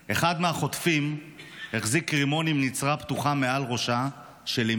"אחד מהחוטפים החזיק רימון עם נצרה פתוחה מעל ראשה של אימי",